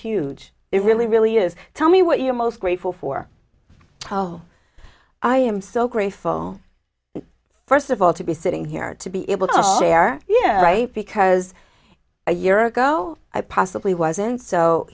huge it really really is tell me what you're most grateful for oh i am so grateful first of all to be sitting here to be able to share yeah right because a year ago i possibly wasn't so